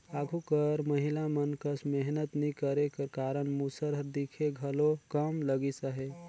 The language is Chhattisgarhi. आघु कर महिला मन कस मेहनत नी करे कर कारन मूसर हर दिखे घलो कम लगिस अहे